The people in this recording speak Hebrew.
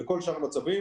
בכל שאר המצבים,